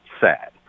sad